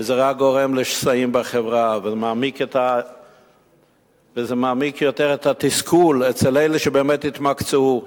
וזה רק גורם לשסעים בחברה ומעמיק יותר את התסכול אצל אלה שבאמת התמקצעו.